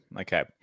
Okay